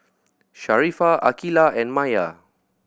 Sharifah Aqilah and Maya